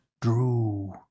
drew